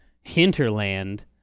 hinterland